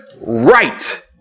right